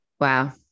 Wow